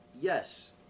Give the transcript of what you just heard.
Yes